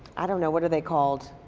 i don't know what are they called?